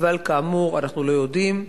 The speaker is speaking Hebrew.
אבל, כאמור, איננו יודעים.